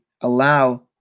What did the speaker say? allow